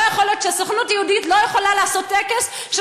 לא יכול להיות שהסוכנות היהודית לא יכולה לעשות טקס של